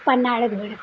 Panhalgad